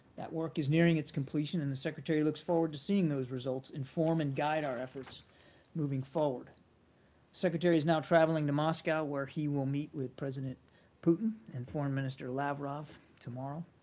that work is nearing its completion, and the secretary looks forward to seeing those results inform and guide our efforts moving forward. the secretary is now traveling to moscow, where he will meet with president putin and foreign minister lavrov tomorrow.